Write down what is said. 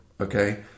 okay